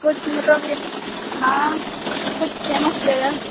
कुछ मतलब हँ कुछ फेमस जगह